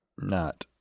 not.